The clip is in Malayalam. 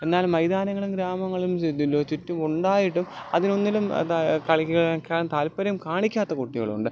എന്നാൽ മൈതാനങ്ങളും ഗ്രാമങ്ങളും ചുറ്റും ഉണ്ടായിട്ടും അതിനൊന്നിലും അതാ കളിക്കുവാൻ താല്പര്യം കാണിക്കാത്ത കുട്ടികളുമുണ്ട്